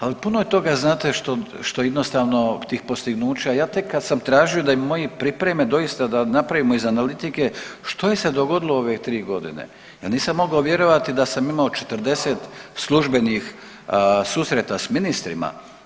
Ali puno je toga znate što, što jednostavno tih postignuća, ja tek kad sam tražio da ih moji pripreme, doista da napravimo iz analitike što je se dogodilo u ove tri godine, ja nisam mogao vjerovati da sam imao 40 službenih susreta s ministrima.